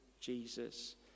Jesus